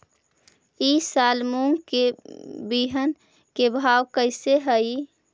ई साल मूंग के बिहन के भाव कैसे हई?